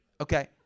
Okay